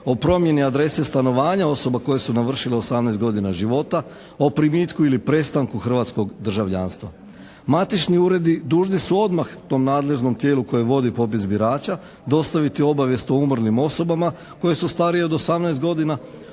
o promjeni adrese stanovanja osoba koje su navršile 18 godina života, o primitku ili prestanku hrvatskog državljanstva. Matični uredi dužni su odmah tom nadležnom tijelu koje vodi popis birača dostaviti obavijest o umrlim osobama koje su starije od 18 godina,